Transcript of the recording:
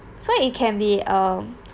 so it can be um